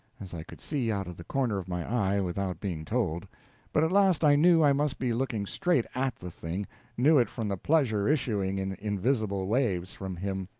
as i could see out of the corner of my eye without being told but at last i knew i must be looking straight at the thing knew it from the pleasure issuing in invisible waves from him.